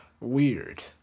Weird